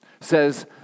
says